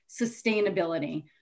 sustainability